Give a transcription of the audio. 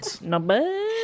Number